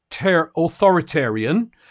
authoritarian